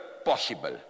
Possible